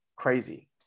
crazy